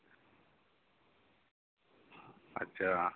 ᱟᱪᱪᱷᱟ